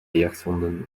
jachthonden